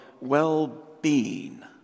well-being